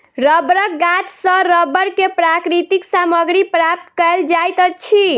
रबड़क गाछ सॅ रबड़ के प्राकृतिक सामग्री प्राप्त कयल जाइत अछि